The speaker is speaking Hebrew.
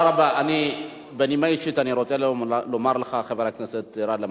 למה שלא נעשה סייעת, אחר כך אחות, יש.